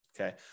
okay